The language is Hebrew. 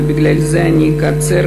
ואני אקצר,